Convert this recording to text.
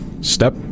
step